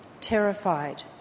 terrified